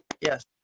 Yes